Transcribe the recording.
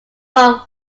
bob